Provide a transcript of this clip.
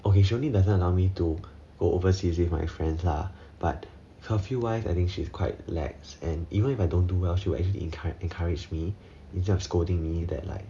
occasionally doesn't allow me to go overseas with my friends lah but curfew wise I think she's quite lax and even if I don't do well she'll actually encouraged me instead of scolding me that like